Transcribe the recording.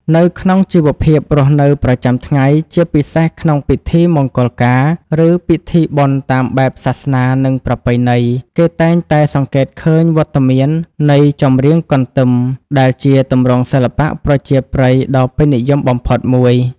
នៅក្នុងជីវភាពរស់នៅប្រចាំថ្ងៃ ជាពិសេសក្នុងពិធីមង្គលការ ឬពិធីបុណ្យតាមបែបសាសនា និងប្រពៃណី គេតែងតែសង្កេតឃើញវត្តមាននៃ ចម្រៀងកន្ទឹម ដែលជាទម្រង់សិល្បៈប្រជាប្រិយដ៏ពេញនិយមបំផុតមួយ។